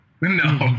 No